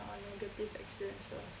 uh negative experiences